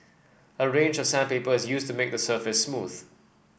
a range of sandpaper is used to make the surface smooth